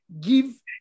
Give